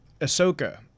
Ahsoka